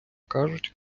кажуть